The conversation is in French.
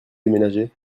déménager